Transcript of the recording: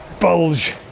bulge